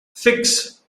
six